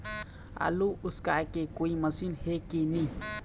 आलू उसकाय के कोई मशीन हे कि नी?